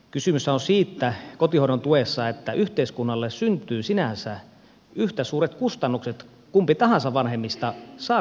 kysymyshän on kotihoidon tuessa siitä että yhteiskunnalle syntyy sinänsä yhtä suuret kustannukset sai vanhemmista kumpi tahansa kotihoidon tukea